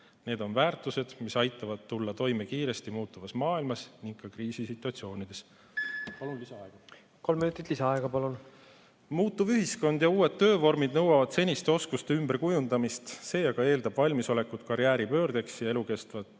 Need on väärtused, mis aitavad tulla toime kiiresti muutuvas maailmas ning ka kriisisituatsioonides. Palun lisaaega. Kolm minutit lisaaega. Palun! Kolm minutit lisaaega. Palun! Muutuv ühiskond ja uued töövormid nõuavad seniste oskuste ümberkujundamist, see aga eeldab valmisolekut karjääripöördeks ja elukestvat